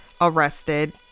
arrested